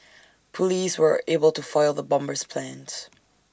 Police were able to foil the bomber's plans